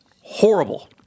Horrible